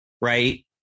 right